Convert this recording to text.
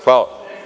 Hvala.